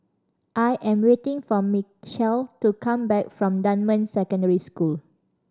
I am waiting for Mechelle to come back from Dunman Secondary School